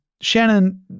Shannon